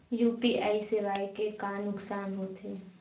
UPI सेवाएं के का नुकसान हो थे?